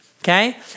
Okay